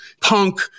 punk